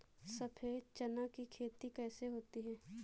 सफेद चना की खेती कैसे होती है?